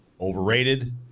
overrated